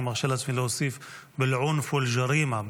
אני מרשה לעצמי להוסיף אל-עונפ ואל-ג'רימה,